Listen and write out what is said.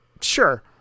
sure